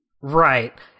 Right